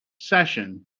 session